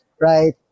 right